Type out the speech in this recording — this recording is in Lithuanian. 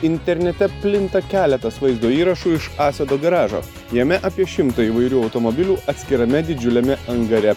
internete plinta keletas vaizdo įrašų iš asado garažo jame apie šimtą įvairių automobilių atskirame didžiuliame angare